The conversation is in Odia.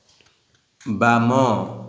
ବାମ